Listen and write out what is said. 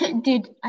Dude